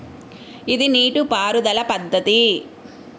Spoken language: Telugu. ఇది నీటిపారుదల పద్ధతి